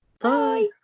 bye